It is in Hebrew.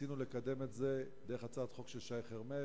ניסינו לקדם את זה דרך הצעת חוק של שי חרמש,